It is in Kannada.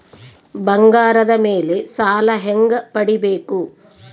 ಬಂಗಾರದ ಮೇಲೆ ಸಾಲ ಹೆಂಗ ಪಡಿಬೇಕು?